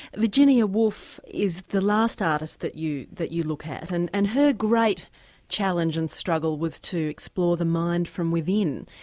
virginia wolf is the last artist that you that you look at and and her great challenge and struggle was to explore the mind from within.